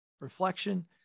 reflection